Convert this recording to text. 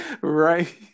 Right